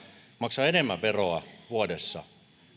maksaa enemmän veroa vuodessa no